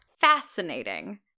fascinating